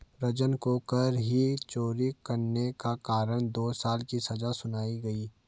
रंजन को कर की चोरी करने के कारण दो साल की सजा सुनाई गई